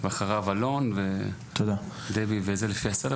תודה רבה.